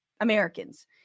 Americans